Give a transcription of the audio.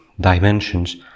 dimensions